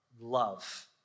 love